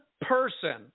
person